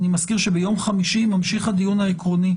אני מזכיר שביום חמישי ממשיך הדיון העקרוני,